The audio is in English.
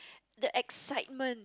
the excitement